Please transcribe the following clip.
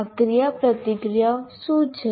આ ક્રિયાપ્રતિક્રિયાઓ શું છે